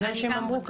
זה מה שהם אמרו כאן.